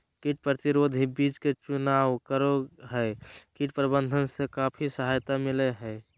कीट प्रतिरोधी बीज के चुनाव करो हइ, कीट प्रबंधन में काफी सहायता मिलैय हइ